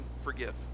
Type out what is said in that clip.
forgive